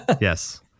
Yes